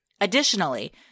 Additionally